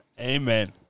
Amen